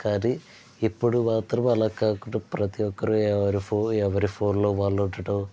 కానీ ఇప్పుడు మాత్రం అలా కాకుండా ప్రతి ఒక్కరు ఎవరు ఎవరి ఫోన్లో వాళ్ళు ఉండడం